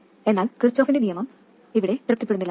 എന്നാൽ കിർചോഫിന്റെ കറൻറ് നിയമം ഇവിടെ തൃപ്തിപ്പെടുന്നില്ല